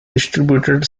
distributed